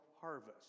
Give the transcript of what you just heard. harvest